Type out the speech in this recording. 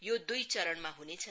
यो द्ई चरणमा हनेछ